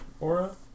Aura